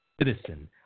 Citizen